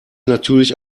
natürlich